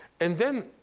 and then